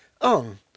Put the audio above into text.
on